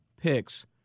picks